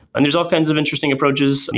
and there's all kinds of interesting approaches.